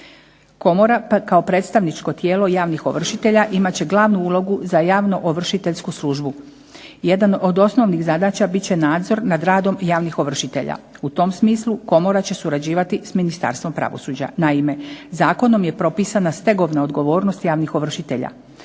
Komora kao predstavničko tijelo javnih ovršitelja imat će glavnu ulogu za javno ovršiteljsku službu. Jedan od osnovnih zadaća bit će nadzor nad radom javnih ovršitelja. U tom smislu komora će surađivati s Ministarstvom pravosuđa. Naime, zakonom je propisana stegovna odgovornost javnih ovršitelja.